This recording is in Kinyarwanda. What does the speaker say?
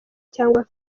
cyangwa